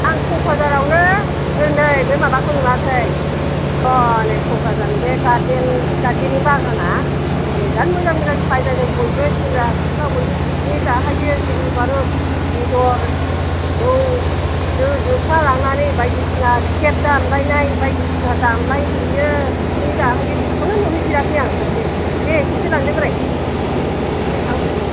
आं क'क्राझारयावनो नै बे माबाखौ नुवाखै हनै क'क्राझारनि बे गारदेन गारदेननि बागाना बिराद मोजां मोजां साजायदों बयबो सेंग्रा सिख्ला बयबो पिकनिक जाहैयो गिलु बारु बेदर जौ दो दोख्ला लांनानै बायदिसिना टेब दामलायनाय बायदिसिना दामलायहैयो पिकनिक जाहैयो बेखौनो नुहैफेराखै आं खनसे दे खेबसे लांदो बोराय एसे आंखौबो